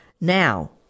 now